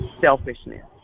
selfishness